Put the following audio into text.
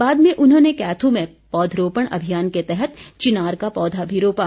बाद में उन्होंने कैथू में पौधरोपण अभियान के तहत चिनार का पौधा भी रोपा